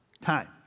time